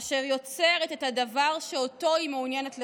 אשר יוצרת את הדבר שאותו היא מעוניינת לחסל.